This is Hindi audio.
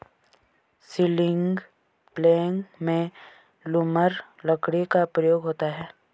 सीलिंग प्लेग में लूमर लकड़ी का प्रयोग होता है